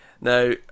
Now